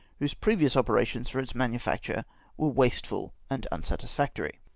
whose previous operations for its manufacture were wasteful and unsatisfac tory.